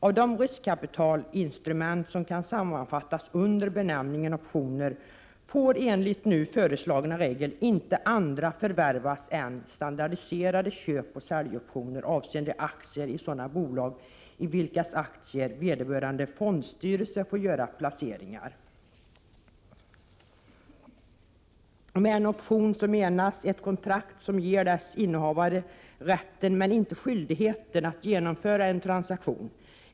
Av de riskkapitalinstrument som kan sammanfattas under benämningen optioner får enligt de nu föreslagna reglerna inte andra förvärvas än standardiserade köpoch säljoptioner avseende aktier i sådana bolag i vilkas aktier vederbörande fondstyrelse får göra placeringar. Med en option menas ett kontrakt som ger dess innehavare rätten men inte skyldigheten att genomföra en transaktion.